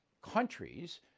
countries